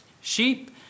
sheep